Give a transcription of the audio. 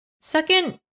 Second